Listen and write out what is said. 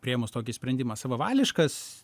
priėmus tokį sprendimą savavališkas